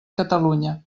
catalunya